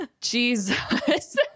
jesus